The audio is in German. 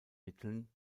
mitteln